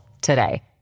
today